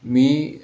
मी